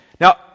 Now